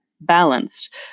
balanced